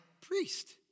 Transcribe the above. priest